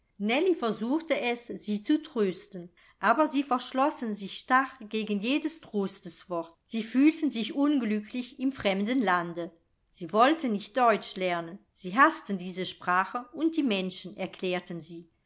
versuchte es sie zu trösten aber sie verschlossen sich starr gegen jedes trosteswort sie fühlten sich unglücklich im fremden lande sie wollten nicht deutsch lernen sie haßten diese sprache und die menschen erklärten sie